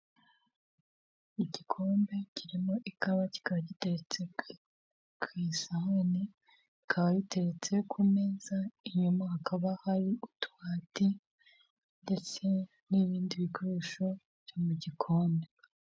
Igikombe kirimo ikawa kikaba giteretse ku isahane bikaba biteretse ku meza, inyuma hakaba hari utubati ndetse n'ibindi bikoresho byo mu gikoni.